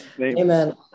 Amen